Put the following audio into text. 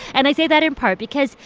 and i say that in part because,